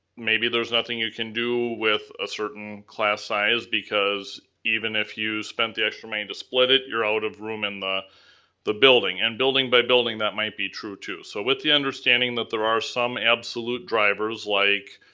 maybe there's nothing you can do with a certain class size because even if you spent the extra money and to split it, you're out of room in the building, building, and building by building, that might be true too. so with the understanding that there are some absolute drivers like,